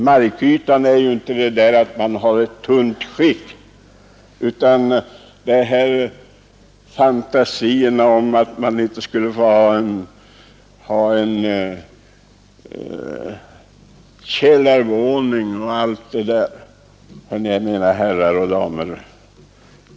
Markytan innebär ju inte att man har ett tunt skikt som antyds i de här fantasierna om att man inte skulle få ha en källarvåning etc. Mina herrar och damer!